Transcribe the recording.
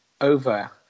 over